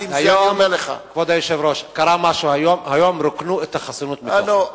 קרה משהו היום, היום רוקנו את החסינות מתוכן.